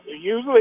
usually